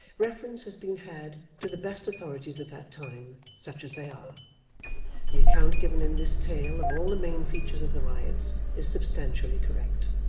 reference has been had to the best authorities of that time, such as they are the account given in this tale, of all the main features of the riots, is substantially correct.